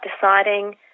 deciding